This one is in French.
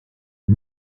des